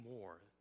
more